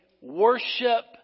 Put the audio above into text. Worship